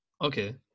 Okay